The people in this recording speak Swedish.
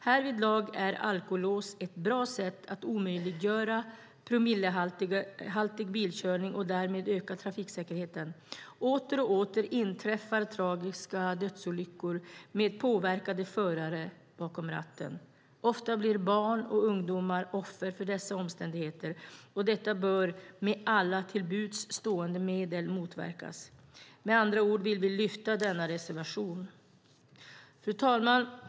Härvidlag är alkolås ett bra sätt att omöjliggöra promillehaltig bilkörning och därmed öka trafiksäkerheten. Åter och åter inträffar tragiska dödsolyckor med påverkade förare bakom ratten. Ofta blir barn och ungdomar offer för dessa omständigheter, och detta bör med alla till buds stående medel motverkas. Med andra ord vill vi lyfta fram denna reservation. Fru talman!